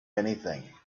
anything